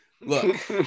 look